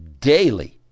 daily